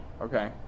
Okay